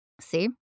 see